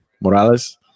Morales